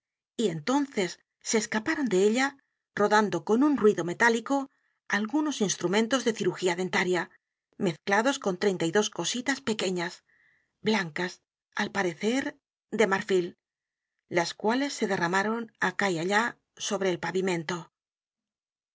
y entonces se berenlce escaparon de ella rodando con un ruido metálico algunos instrumentos de cirujía dentaria mezclados con treinta y dos cositas pequeñas blancas al parecer de marfil las cuales se d e r r a m a r o n acá y allá sobre el pavimento